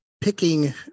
picking